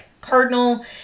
cardinal